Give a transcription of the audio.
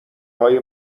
های